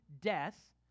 death